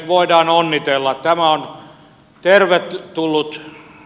voidaan onnitella tämä on tervetullut